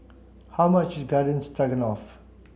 how much is Garden Stroganoff